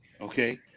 Okay